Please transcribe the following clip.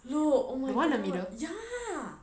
no oh my god ya